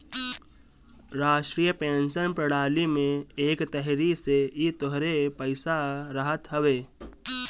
राष्ट्रीय पेंशन प्रणाली में एक तरही से इ तोहरे पईसा रहत हवे